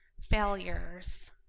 failures